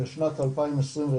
שנת 2021,